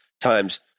times